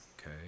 Okay